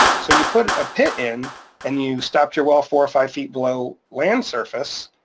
so you put a pit in and you stopped your well four or five feet below land surface.